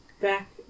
Back